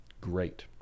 great